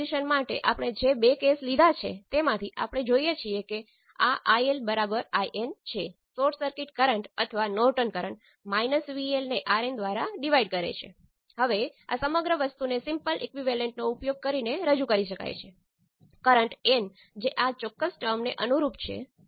જેમ મેં કહ્યું કે જો તમે I1 અને I2 ના જુદા જુદા કોમ્બિનેશન લો છો પરંતુ આ સૌથી અનુકૂળ છે